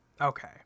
Okay